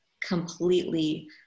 completely